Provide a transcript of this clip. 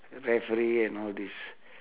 rightfully and all this